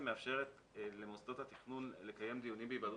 שמאפשרת למוסדות התכנון לקיים דיונים בהיוועדות